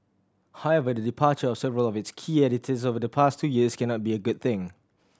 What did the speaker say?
however the departure of several of its key editors over the past two years cannot be a good thing